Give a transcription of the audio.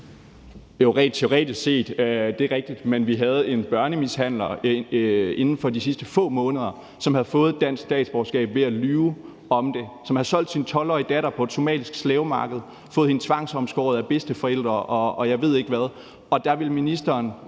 teoretisk set er det rigtigt. Men vi havde en børnemishandler inden for de sidste få måneder, som havde fået et dansk statsborgerskab ved at lyve om det. Vedkommende havde solgt sin 12-årige datter på et somalisk slavemarked, fået hende tvangsomskåret af bedsteforældre, og jeg ved ikke hvad,